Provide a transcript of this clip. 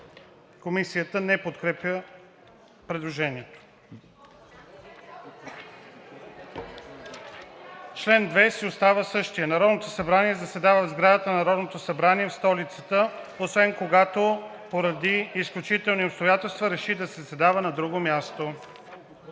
основния текст!“) Член 2 си остава същият: „Народното събрание заседава в сградата на Народното събрание в столицата, освен когато поради изключителни обстоятелства реши да заседава на друго място.“